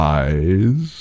eyes